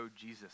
Jesus